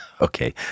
Okay